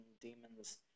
demons